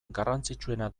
garrantzitsuena